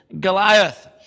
Goliath